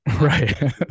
Right